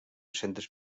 centes